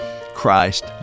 Christ